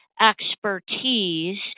expertise